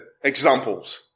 examples